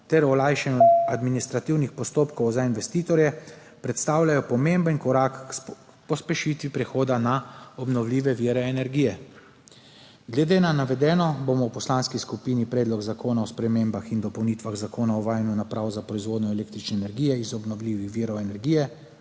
ter olajšanju administrativnih postopkov za investitorje predstavljajo pomemben korak k pospešitvi prehoda na obnovljive vire energije. Glede na navedeno bomo v poslanski skupini Predlog zakona o spremembah in dopolnitvah Zakona o uvajanju naprav za proizvodnjo električne energije iz obnovljivih virov energije